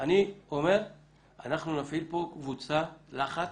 אנחנו נפעיל פה קבוצת לחץ